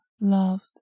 loved